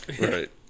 Right